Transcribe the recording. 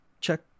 check